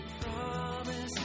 promise